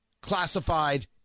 classified